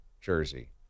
jersey